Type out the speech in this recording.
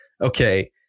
Okay